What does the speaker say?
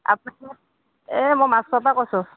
এ মই মাছখোৱা পৰা কৈছোঁ